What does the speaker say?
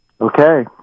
Okay